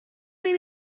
mean